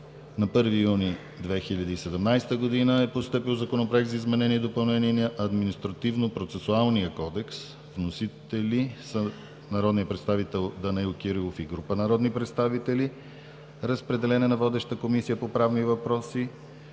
На 1 юни 2017 г. е постъпил Законопроект за изменение и допълнение на Административно-процесуалния кодекс. Вносители са народният представител Данаил Кирилов и група народни представители. Разпределен е на: Комисия по правни въпроси